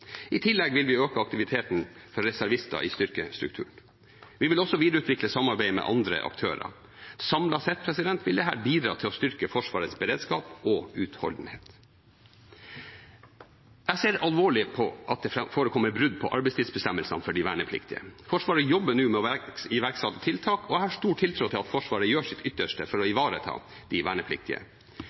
I tillegg vil vi øke aktiviteten for reservister i styrkestrukturen. Vi vil også videreutvikle samarbeidet med andre aktører. Samlet sett vil dette bidra til å styrke Forsvarets beredskap og utholdenhet. Jeg ser alvorlig på at det forekommer brudd på arbeidstidsbestemmelsene for de vernepliktige. Forsvaret jobber nå med å iverksette tiltak, og jeg har stor tiltro til at Forsvaret gjør sitt ytterste for å ivareta de vernepliktige.